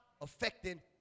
affecting